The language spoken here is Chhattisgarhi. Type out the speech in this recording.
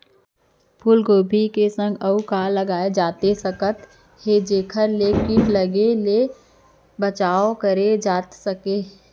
फूलगोभी के संग अऊ का लगाए जाथे सकत हे जेखर ले किट लगे ले बचाव करे जाथे सकय?